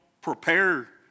prepare